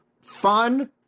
fun